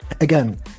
again